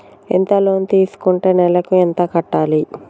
ఎంత లోన్ తీసుకుంటే నెలకు ఎంత కట్టాలి?